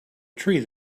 tree